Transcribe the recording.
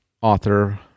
author